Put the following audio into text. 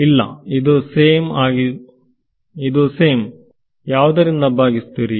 ಇಲ್ಲಇದು same ಯಾವುದರಿಂದ ಭಾಗಿಸುತ್ತೀರಿ